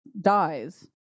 dies